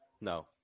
No